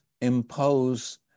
impose